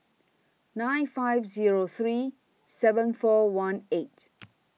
nine five Zero three seven four one eight